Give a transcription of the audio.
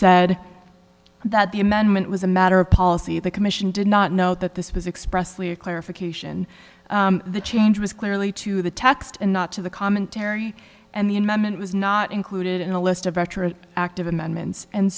said that the amendment was a matter of policy the commission did not note that this was expressing a clarification the change was clearly to the text and not to the commentary and the amendment was not included in a list of retro active amendments and